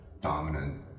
dominant